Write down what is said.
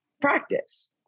practice